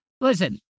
listen